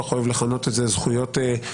כך אוהב לכנות את זה זכויות חברתיות,